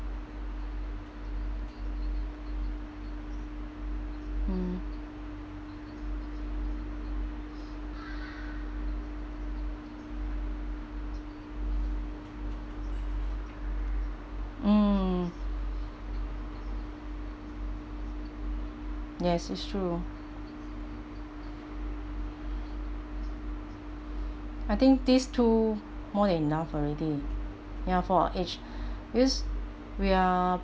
mm mm yes it's true I think these two more than enough already ya for our age because we are